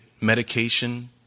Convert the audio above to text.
Medication